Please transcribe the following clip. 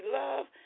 love